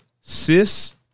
cis